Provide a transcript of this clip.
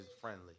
friendly